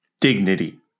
dignity